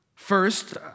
First